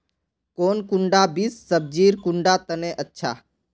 कौन कुंडा बीस सब्जिर कुंडा तने अच्छा?